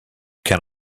can